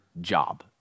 job